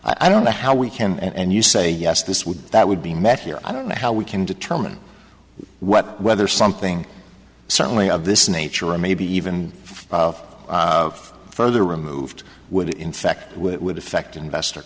i don't know how we can and you say yes this would that would be met here i don't know how we can determine what whether something suddenly of this nature or maybe even further removed would in fact would affect investor